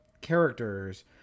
characters